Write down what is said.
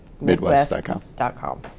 Midwest.com